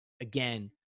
again